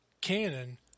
Canon